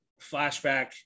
flashback